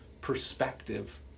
perspective